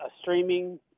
streaming